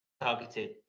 targeted